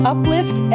Uplift